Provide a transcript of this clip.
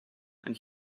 and